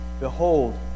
Behold